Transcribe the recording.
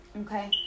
Okay